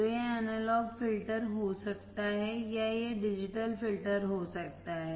तो यह analog filter हो सकता है या यह डिजिटल फ़िल्टर हो सकता है